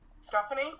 Stephanie